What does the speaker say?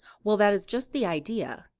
well, that is just the idea.